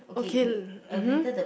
okay mmhmm